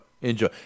Enjoy